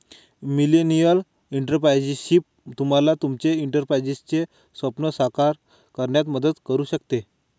millennial entrepreneurship तुम्हाला तुमचे एंटरप्राइझचे स्वप्न साकार करण्यात मदत करू शकते